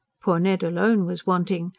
poor ned alone was wanting,